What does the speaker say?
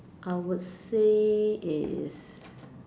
I would say is